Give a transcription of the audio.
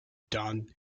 don